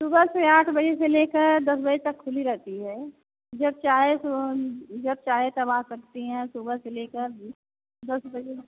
सुबह से आठ बजे से लेकर दस बजे तक खुली रहती है जब चाहे सो जब चाहे तब आ सकती हैं सुबह से ले कर दस बजे